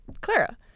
Clara